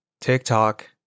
TikTok